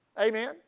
Amen